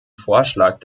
vorschlag